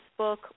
Facebook